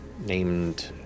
named